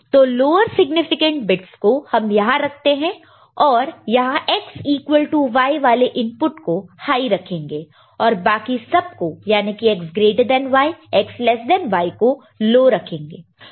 तो lower significant bits को हम यहां रखते हैं और यहां X ईक्वल टू Y वाले इनपुट को हाई रखेंगे और बाकी सब को याने की X greater than Y X less than Y को लो रखेंगे